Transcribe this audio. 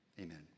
Amen